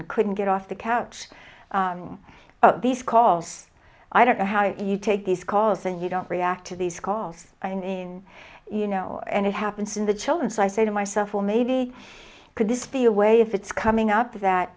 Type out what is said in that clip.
kindergarten couldn't get off the couch these calls i don't know how you take these calls and you don't react to these calls i mean you know and it happens in the children so i say to myself well maybe could this be a way if it's coming up that